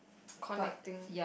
connecting